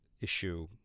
issue